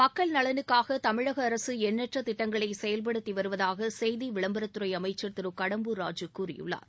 மக்கள் நலனுக்காக தமிழக அரசு எண்ணற்ற திட்டங்களை செயல்படுத்தி வருவதாக செய்தி விளம்பரத்துறை அமைச்சர் திரு கடம்பூர் ராஜு கூறியுள்ளார்